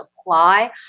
apply